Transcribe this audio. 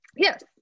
Yes